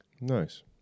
Nice